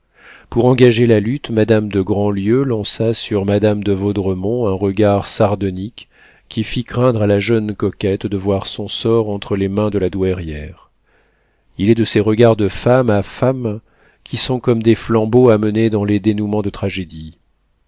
pour engager la lutte madame de grandlieu lança sur madame de vaudremont un regard sardonique qui fit craindre à la jeune coquette de voir son sort entre les mains de la douairière il est de ces regards de femme à femme qui sont comme des flambeaux amenés dans les dénouements de tragédie